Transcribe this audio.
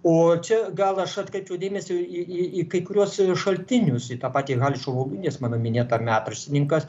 o čia gal aš atkreipčiau dėmesį į į į kai kuriuos šaltinius į tą patį haličą voluinę mano minėtą metraštininką